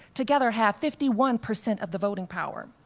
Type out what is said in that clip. together have fifty one percent of the voting power.